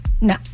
No